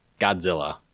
godzilla